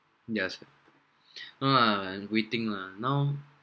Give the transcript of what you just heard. yes no lah waiting lah now